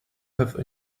have